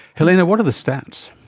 helena, what are the stats?